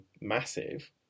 massive